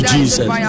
Jesus